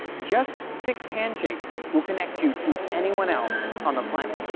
just six handshakes will connect you to anyone else on the planet.